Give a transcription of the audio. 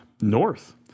north